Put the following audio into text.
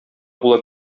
була